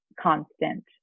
constant